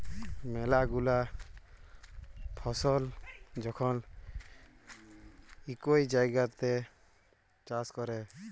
ম্যালা গুলা ফসল যখল ইকই জাগাত চাষ ক্যরে